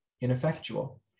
ineffectual